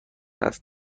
است